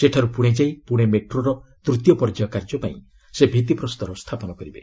ସେଠାରୁ ପୁଣେ ଯାଇ ପୁଣେ ମେଟ୍ରୋର ତୂତୀୟ ପର୍ଯ୍ୟାୟ କାର୍ଯ୍ୟପାଇଁ ସେ ଭିତ୍ତିପ୍ରସ୍ତର ସ୍ଥାପନ କରିବେ